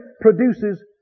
produces